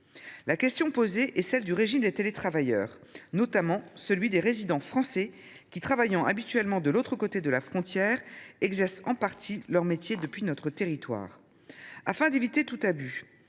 met à jour s’agissant du régime des télétravailleurs, notamment des résidents français qui, travaillant habituellement de l’autre côté de la frontière, exercent en partie leur métier depuis notre territoire. Afin d’éviter tout abus,